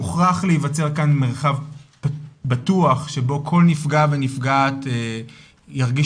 מוכרח להיווצר כאן מרחב בטוח שבו כל נפגע ונפגעת ירגישו